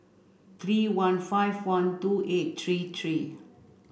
three one five one two eight three three